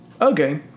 okay